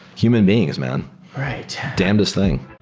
human beings, man right. damnedest thing